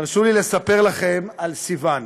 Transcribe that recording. תרשו לי לספר לכם על סיוון,